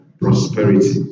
prosperity